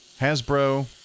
Hasbro